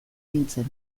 nintzen